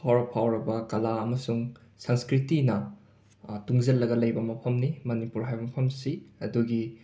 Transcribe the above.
ꯐꯥꯎꯔ ꯐꯥꯎꯔꯕ ꯀꯂꯥ ꯑꯃꯁꯨꯡ ꯁꯪꯁ꯭ꯀ꯭ꯔꯤꯇꯤꯅ ꯇꯨꯡꯁꯜꯂꯒ ꯂꯩꯕ ꯃꯐꯝꯅꯤ ꯃꯅꯤꯄꯨꯔ ꯍꯥꯏꯕ ꯃꯐꯝꯁꯤ ꯑꯗꯨꯒꯤ